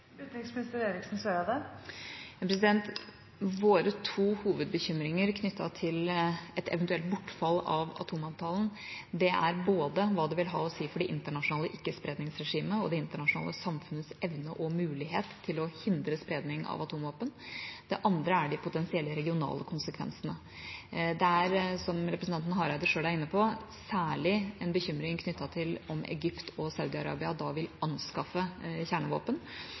Våre to hovedbekymringer knyttet til et eventuelt bortfall av atomavtalen er hva det vil ha å si for det internasjonale ikke-spredningsregimet og det internasjonale samfunnets evne og mulighet til å hindre spredning av atomvåpen. Det andre er de potensielle regionale konsekvensene. Det er, som representanten Hareide selv er inne på, særlig en bekymring knyttet til om Egypt og Saudi-Arabia da vil anskaffe kjernevåpen